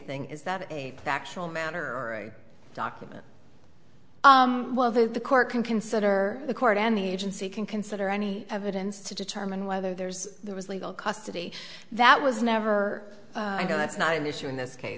thing is that a factual matter or document well that the court can consider the court and the agency can consider any evidence to determine whether there's there was legal custody that was never go that's not an issue in this case